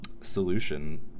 solution